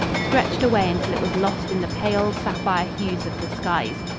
stretched away until it was lost in the pale, sapphire hues of the skies.